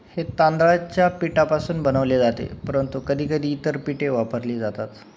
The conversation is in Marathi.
हे तांदळाच्या पिठापासून बनवले जाते परंतु कधीकधी इतर पिठे वापरली जातात